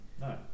No